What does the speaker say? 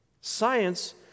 Science